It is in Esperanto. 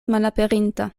malaperinta